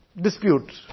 dispute